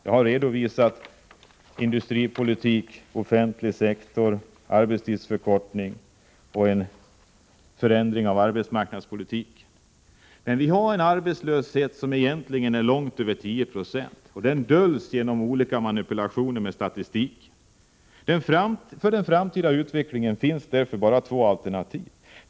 Jag har redovisat åtgärder inom industripolitik och offentlig sektor, åtgärder som arbetstidsförkortning och en förändring av arbetsmarknadspolitiken. Vi har en arbetslöshet som egentligen är långt över 10 26, och den döljs genom olika manipulationer med statistiken. För den framtida utvecklingen finns det bara två alternativ.